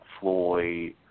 Floyd